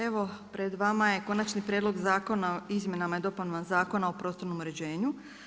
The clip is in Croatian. Evo pred vama je Konačni prijedlog Zakona o izmjenama i dopunama Zakona o prostornom uređenju.